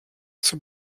zur